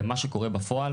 ומה שקורה בפועל